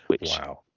Wow